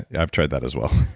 i've tried that as well